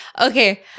Okay